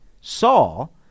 Saul